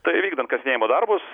tai vykdant kasinėjimo darbus